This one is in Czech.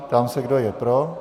Ptám se, kdo je pro.